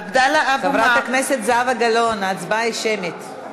חברת הכנסת זהבה גלאון, ההצבעה היא שמית.